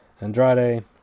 Andrade